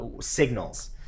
signals